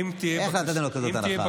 איך נתתם לו כזאת הנחה?